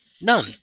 None